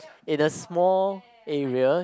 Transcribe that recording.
in a small area